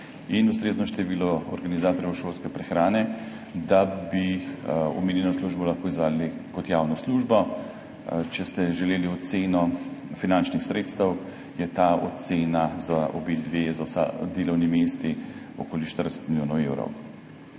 in ustrezno število organizatorjev šolske prehrane, da bi omenjeno službo lahko izvajali kot javno službo. Če ste želeli oceno finančnih sredstev, je ta ocena za vsa delovna mesta okoli 40 milijonov evrov.